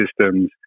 systems